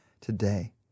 today